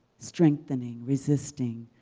strengthening, resisting,